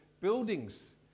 buildings